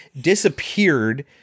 disappeared